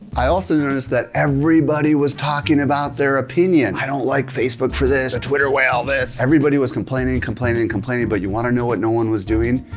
i also noticed that everybody was talking about their opinion, i don't like facebook for this, the twitter way all this, everybody was complaining, complaining, complaining, but you wanna know what no one was doing?